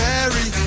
Mary